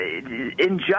injustice